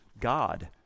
God